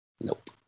Nope